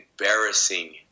embarrassing